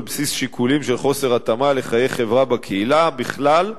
בסיס שיקולים של חוסר התאמה לחיי חברה בקהילה בכלל,